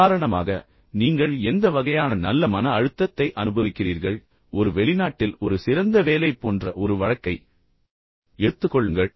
உதாரணமாக நீங்கள் எந்த வகையான நல்ல மன அழுத்தத்தை அனுபவிக்கிறீர்கள் ஒரு வெளிநாட்டில் ஒரு சிறந்த வேலை போன்ற ஒரு வழக்கை எடுத்துக் கொள்ளுங்கள்